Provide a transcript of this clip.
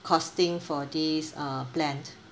costing for this uh plan